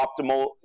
optimal